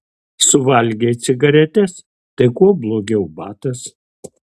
suvalgei cigaretes tai kuo blogiau batas